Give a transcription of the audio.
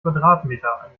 quadratmeter